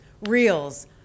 reels